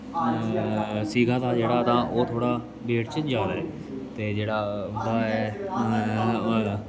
सिगा दा जेह्ड़ा तां ओह् थोह्ड़ा वेट च ज्यादा ऐ ते जेह्ड़ा ओह्दा ऐ